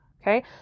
Okay